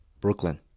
Brooklyn